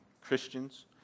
Christians